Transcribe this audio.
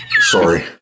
Sorry